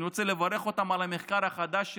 אני רוצה לברך אותם על המחקר החדש שלהם,